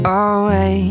away